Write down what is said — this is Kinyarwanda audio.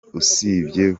usibye